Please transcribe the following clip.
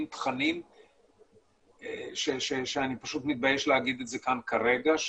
תכנים שאני פשוט מתבייש להגיד את זה כאן כרגע,